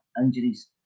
injuries